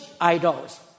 idols